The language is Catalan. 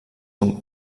d’un